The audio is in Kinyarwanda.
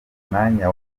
umwanya